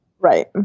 Right